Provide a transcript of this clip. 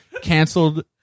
canceled